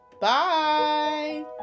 Bye